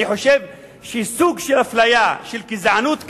אני חושב שסוג של אפליה, של גזענות כזאת,